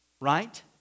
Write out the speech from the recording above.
right